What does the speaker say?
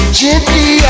gently